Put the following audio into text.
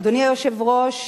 אדוני היושב-ראש,